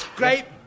great